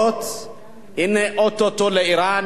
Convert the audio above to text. הנה, או-טו-טו יש לאירן נשק גרעיני,